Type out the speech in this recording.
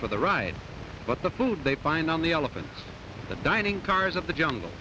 for the ride but the food they find on the elephant the dining cars of the jungle